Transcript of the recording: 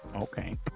Okay